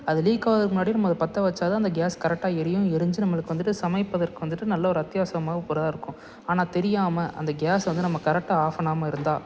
அதை லீக் ஆவதற்கு முன்னாடி நம்ம அதை பற்ற வைச்சாதான் அந்த கேஸ் கரெக்டாக எரியும் எரிஞ்சு நம்மளுக்கு வந்துட்டு சமைப்பதற்கு வந்துட்டு நல்ல ஒரு அத்தியாவசியமான பொருளாக இருக்கும் ஆனால் தெரியாமல் அந்த கேஸை வந்து நம்ம கரெக்டாக ஆஃப் பண்ணாமல் இருந்தால்